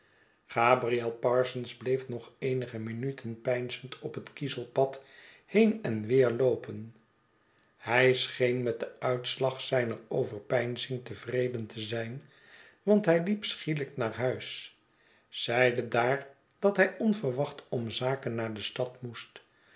gabriel parsons bleef nog eenige minuten peinzend op het kiezelpad heen en weer loopen hij scheeh met den uitslag zijner overpeinzing tevreden te zijn want hij liep schielijk naar huis zeide daar dat hij onverwacht om zaken naar de stad moest